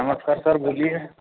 नमस्कार सर बोलिए